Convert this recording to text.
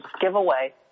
giveaway